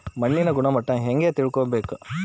ಮಣ್ಣಿನ ಗುಣಮಟ್ಟ ಹೆಂಗೆ ತಿಳ್ಕೊಬೇಕು?